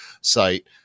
site